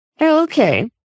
Okay